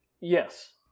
Yes